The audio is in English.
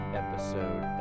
episode